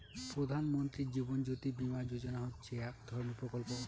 প্রধান মন্ত্রী জীবন জ্যোতি বীমা যোজনা হচ্ছে এক ধরনের প্রকল্প